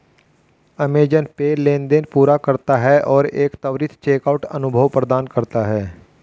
Amazon Pay लेनदेन पूरा करता है और एक त्वरित चेकआउट अनुभव प्रदान करता है